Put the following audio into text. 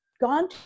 gone